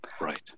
Right